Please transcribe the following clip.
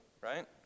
right